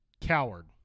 Coward